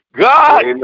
god